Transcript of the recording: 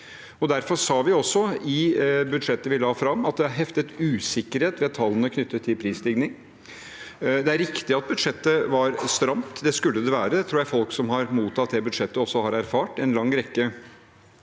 Derfor sa vi også i budsjettet vi la fram, at det er heftet usikkerhet ved tallene for prisstigning. Det er riktig at budsjettet var stramt. Det skulle det være. Det tror jeg folk som har mottatt det budsjettet, også har erfart. En lang rekke